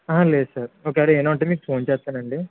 లేదు సార్ ఒకవేళ ఏమైన ఉంటే మీకు ఫోన్ చేస్తాను అండి